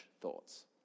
thoughts